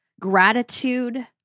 gratitude